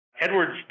Edwards